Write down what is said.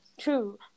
true